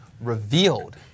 revealed